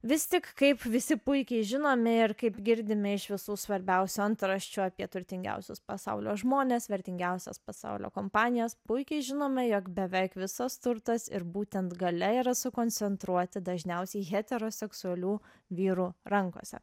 vis tik kaip visi puikiai žinome ir kaip girdime iš visų svarbiausių antraščių apie turtingiausius pasaulio žmones vertingiausias pasaulio kompanijas puikiai žinome jog beveik visas turtas ir būtent galia yra sukoncentruoti dažniausiai heteroseksualių vyrų rankose